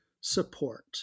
Support